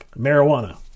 Marijuana